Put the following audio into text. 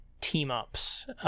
team-ups